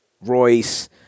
Royce